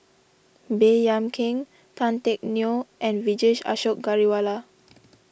Baey Yam Keng Tan Teck Neo and Vijesh Ashok Ghariwala